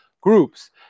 groups